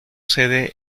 sede